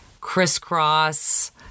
crisscross